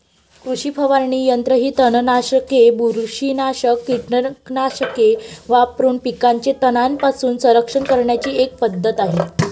कृषी फवारणी यंत्र ही तणनाशके, बुरशीनाशक कीटकनाशके वापरून पिकांचे तणांपासून संरक्षण करण्याची एक पद्धत आहे